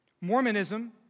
Mormonism